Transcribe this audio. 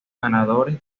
ganadores